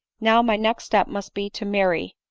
now, my next step must be to marry,